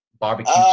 barbecue